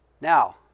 now